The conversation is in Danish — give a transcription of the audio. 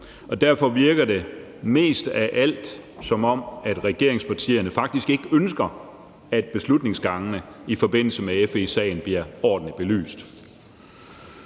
Derfor virker det mest af alt, som om regeringspartierne faktisk ikke ønsker, at beslutningsgangene i forbindelse med FE-sagen bliver ordentligt belyst.